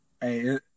Hey